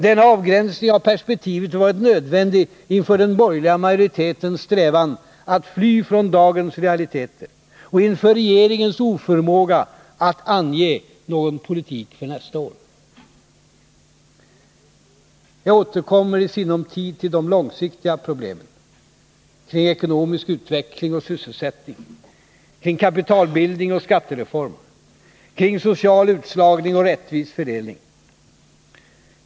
Denna avgränsning av perspektivet har varit nödvändig inför den borgerliga majoritetens stävan att fly från dagens realiteter och inför regeringens oförmåga att ange någon politik för nästa år. Jag återkommer i sinom tid till de långsiktiga problemen, kring ekonomisk utveckling och sysselsättning, kring kapitalbildning och skattereform, kring social utslagning och rättvis fördelning.